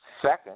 Second